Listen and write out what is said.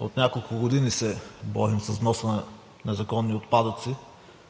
от няколко години се борим с вноса на незаконни отпадъци,